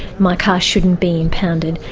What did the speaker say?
my car shouldn't be impounded.